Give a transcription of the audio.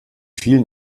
vielen